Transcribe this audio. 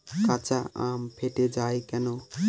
কাঁচা আম ফেটে য়ায় কেন?